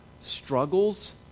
struggles